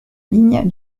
ligne